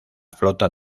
flota